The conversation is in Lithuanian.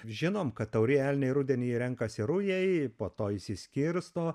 žinom kad taurieji elniai rudenį renkasi rujai po to išsiskirsto